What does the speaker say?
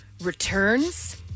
returns